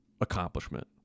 accomplishment